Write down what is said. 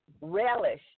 relish